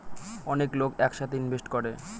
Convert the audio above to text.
অনেক লোক এক সাথে ইনভেস্ট করে